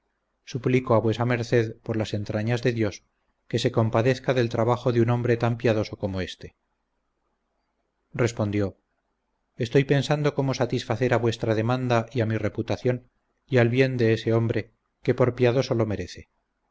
suplico a vuesa merced por las entrañas de dios que se compadezca del trabajo de un hombre tan piadoso como este respondió estoy pensando cómo satisfacer a vuestra demanda y a mi reputación y al bien de ese hombre que por piadoso lo merece